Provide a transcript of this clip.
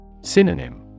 Synonym